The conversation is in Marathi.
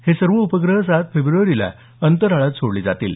हे सर्व उपग्रह सात फेब्रुवारीला अंतराळात सोडले जातील